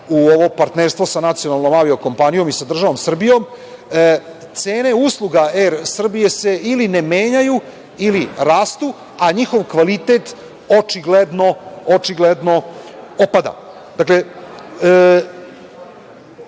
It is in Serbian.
u ovo partnerstvo sa nacionalnom avio-kompanijom i sa državom Srbijom cene usluga „Er Srbije“ se ili ne menjaju ili rastu, a njihov kvalitet očigledno opada. Dakle,